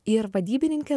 ir vadybininkė